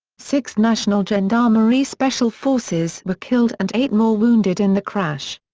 six national gendarmerie special forces were killed and eight more wounded in the crash.